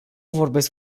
vorbesc